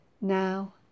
now